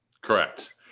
Correct